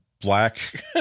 black